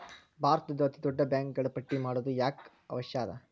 ಭಾರತದ್ದು ಅತೇ ದೊಡ್ಡ ಬ್ಯಾಂಕುಗಳ ಪಟ್ಟಿ ಮಾಡೊದು ಯಾಕ್ ಅವಶ್ಯ ಅದ?